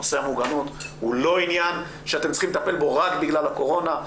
נושא המוגנות הואל א עניין שאתם צריכים לטפל בו רק בגלל הקורונה,